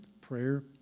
prayer